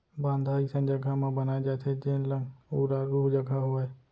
बांधा अइसन जघा म बनाए जाथे जेन लंग उरारू जघा होवय